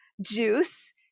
juice